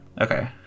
Okay